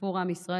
סיפור עם ישראל.